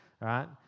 right